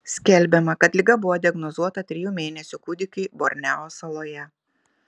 skelbiama kad liga buvo diagnozuota trijų mėnesių kūdikiui borneo saloje